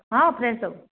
ହଁ ଫ୍ରେସ୍ ସବୁ